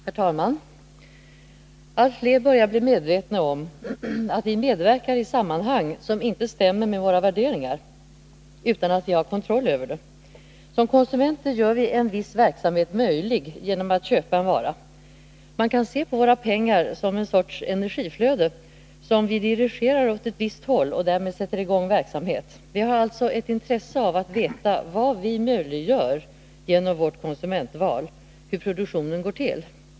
Konsumentpoli Herr talman! Allt fler börjar bli medvetna om att vi medverkar i tiska frågor sammanhang som inte stämmer med våra värderingar, utan att vi har kontroll över det. Som konsumenter gör vi en viss verksamhet möjlig genom att köpa en vara. Man kan se på våra pengar som en sorts energiflöde som vi dirigerar åt ett visst håll och därmed sätter i gång verksamhet. Vi har alltså ett intresse av att veta vad vi möjliggör genom vårt konsumentval, hur produktionen går till.